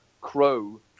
crow